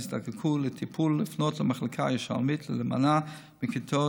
יזדקקו לטיפול לפנות אל המחלקה הירושלמית ולהימנע מלכתת